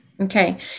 Okay